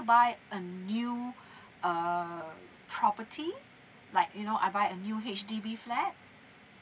buy a new err property like you know I buy a new H_D_B flat